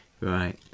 right